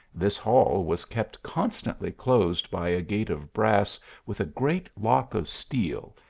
this hall was kept constantly closed by a gate of brass with a great lock of steel,